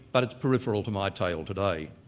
but it's peripheral to my tale today.